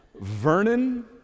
Vernon